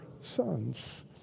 sons